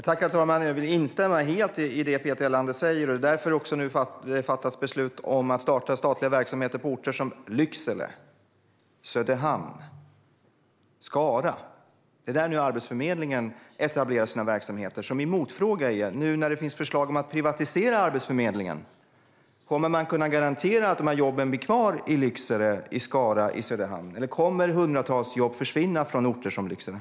Herr talman! Jag vill helt instämma i det Peter Helander säger, och därför har det nu också fattats beslut om statliga verksamheter på orter som Lycksele, Söderhamn och Skara. Det är där som Arbetsförmedlingen nu etablerar sina verksamheter. Min motfråga blir: Nu när det finns förslag om att privatisera Arbetsförmedlingen, kommer man att kunna garantera att de här jobben blir kvar i Lycksele, Söderhamn och Skara, eller kommer hundratals jobb att försvinna från orter som dessa?